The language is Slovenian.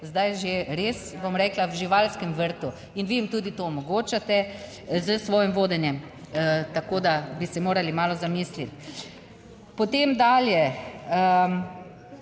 zdaj že res bom rekla, v živalskem vrtu in vi jim tudi to omogočate s svojim vodenjem. Tako da bi se morali malo zamisliti. Potem dalje